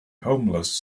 homeless